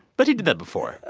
but he did that before.